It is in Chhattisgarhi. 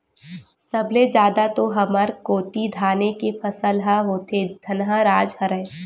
सब ले जादा तो हमर कोती धाने के फसल ह होथे धनहा राज हरय